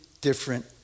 different